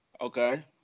Okay